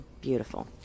beautiful